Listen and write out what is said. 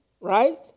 right